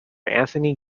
anthony